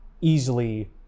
easily